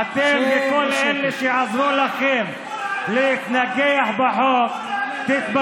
חבר הכנסת סמי אבו שחאדה, תירגע.